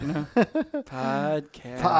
Podcast